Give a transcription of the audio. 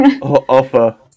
Offer